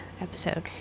episode